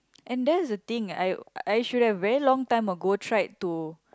and that's the thing I I should have very long time ago tried to